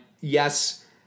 Yes